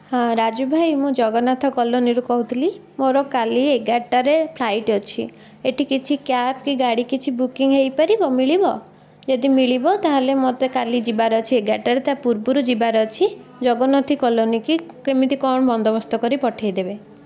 ହଁ ରାଜୁ ଭାଇ ମୁଁ ଜଗନ୍ନାଥ କଲୋନୀରୁ କହୁଥିଲି ମୋର କାଲି ଏଗାରଟାରେ ଫ୍ଲାଇଟ୍ ଅଛି ଏଠି କିଛି କ୍ୟାବ୍ କି ଗାଡି କିଛି ବୁକିଙ୍ଗ୍ ହୋଇପାରିବ ମିଳିବ ଯଦି ମିଳିବ ତା'ହେଲେ ମୋତେ କାଲି ଯିବାର ଅଛି ଏଗାରଟାରେ ତା ପୁର୍ବରୁ ଯିବାର ଅଛି ଜଗନ୍ନାଥ କଲୋନୀକୁ କେମିତି କ'ଣ ବନ୍ଦୋବସ୍ତ କରି ପଠେଇଦେବେ